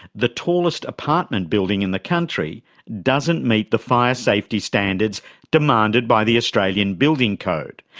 the tallest apartment building in the country doesn't meet the fire safety standards demanded by the australian building code,